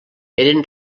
eren